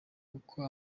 uko